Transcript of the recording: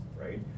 right